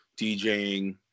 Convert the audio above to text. DJing